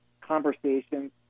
conversations